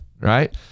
right